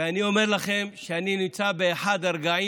ואני אומר לכם שאני נמצא באחד הרגעים